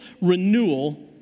renewal